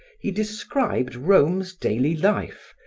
he described rome's daily life,